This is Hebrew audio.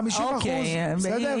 50%. אוקיי,